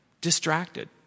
distracted